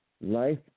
life